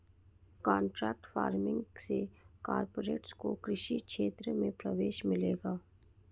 contract farming से corporates को कृषि क्षेत्र में प्रवेश मिलेगा